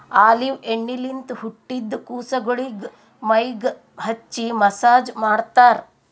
olive ಎಣ್ಣಿಲಿಂತ್ ಹುಟ್ಟಿದ್ ಕುಸಗೊಳಿಗ್ ಮೈಗ್ ಹಚ್ಚಿ ಮಸ್ಸಾಜ್ ಮಾಡ್ತರ್